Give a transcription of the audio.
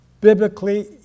biblically